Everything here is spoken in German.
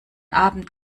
abend